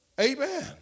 Amen